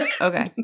okay